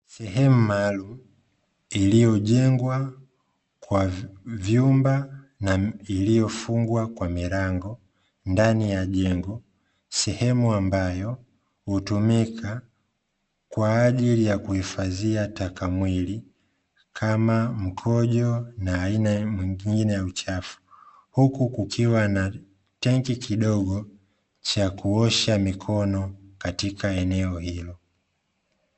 Sehemu maalumu iliyojengwa kwa vyumba, na iliyofungwa kwa milango ndani ya jengo; sehemu ambayo hutumika kwa ajili ya kuhifadhia taka mwili kama mkojo na aina nyingine ya uchafu, huku kukiwa na tenki kidogo cha kuosha mikono katika eneo hilo.